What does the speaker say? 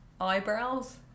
eyebrows